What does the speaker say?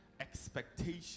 expectation